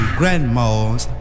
grandma's